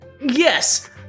yes